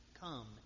come